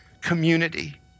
community